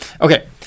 Okay